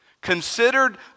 considered